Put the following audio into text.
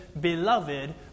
Beloved